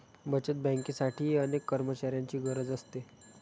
बचत बँकेसाठीही अनेक कर्मचाऱ्यांची गरज असते